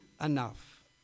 enough